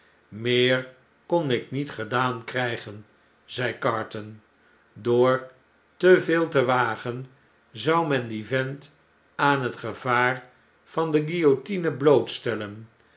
meer kon ik niet gedaan krg'gen zei carton door te veel te wagen zou men dien vent aan het gevaar van de guillotine